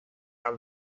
are